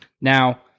Now